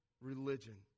religion